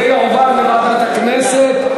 זה יועבר לוועדת הכנסת,